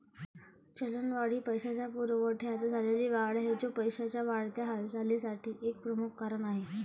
चलनवाढ ही पैशाच्या पुरवठ्यात झालेली वाढ आहे, जो पैशाच्या वाढत्या हालचालीसाठी एक प्रमुख कारण आहे